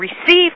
receive